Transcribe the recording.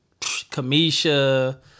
Kamisha